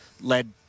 led